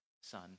son